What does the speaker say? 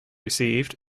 received